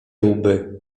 łby